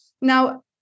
now